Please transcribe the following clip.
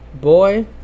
boy